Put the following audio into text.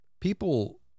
people